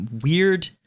weird